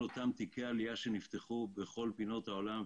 לגבי כל אותם תיקי עלייה שנפתחו בכל פינות העולם,